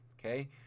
okay